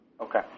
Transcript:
Okay